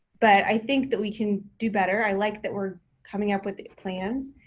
but i think that we can do better. i like that we're coming up with plans.